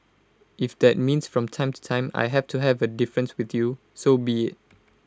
if that means from time to time I have to have A difference with you so be IT